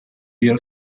york